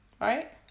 right